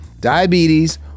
diabetes